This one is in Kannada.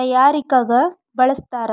ತಯಾರಿಕಗ ಬಳಸ್ಥಾರ